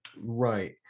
Right